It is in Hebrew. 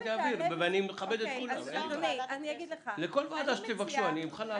לכל ועדה שתבקשו אני מוכן להעביר.